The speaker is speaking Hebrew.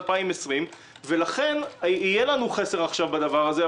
2020. לכן יהיה לנו עכשיו חסר בדבר הזה.